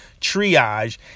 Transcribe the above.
triage